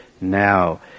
now